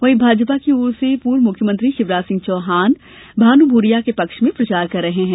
वहीं भाजपा की ओर से पूर्व मुख्यमंत्री शिवराज सिंह चौहान भानु भूरिया के पक्ष में प्रचार कर रहे हैं